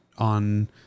on